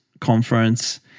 conference